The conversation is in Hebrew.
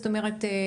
זאת אומרת,